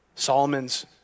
Solomon's